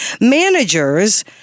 managers